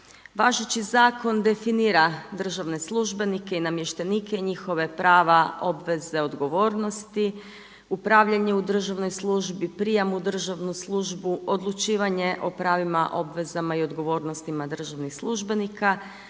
Važeći zakon definira državne službenike i namještenike i njihova prava, obveze, odgovornosti, upravljanje u državnoj službi, prijam u državnu službu, odlučivanje o pravima, obvezama i odgovornostima državnih službenika,